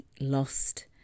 lost